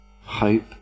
hope